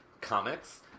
comics